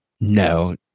No